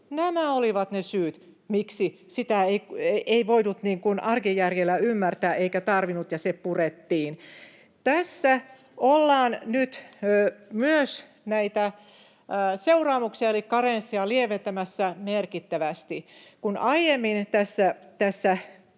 Nämä olivat ne syyt, miksi sitä ei voinut arkijärjellä ymmärtää eikä tarvinnut, ja se purettiin. Tässä ollaan nyt myös näitä seuraamuksia eli karenssia lieventämässä merkittävästi. Kun aiemmin täällä